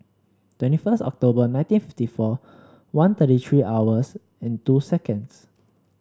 twenty first October nineteen fifty four one thirty three hours and two seconds